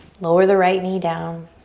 lower the right knee down.